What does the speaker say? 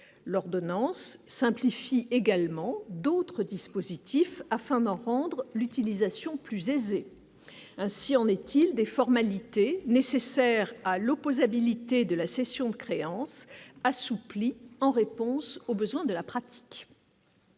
l'ordonnance simplifie également d'autres dispositifs afin d'en rendre l'utilisation plus aisée, ainsi en est-il des formalités nécessaires à l'opposé, habilité de la cession de créances assoupli en réponse aux besoins de la pratique.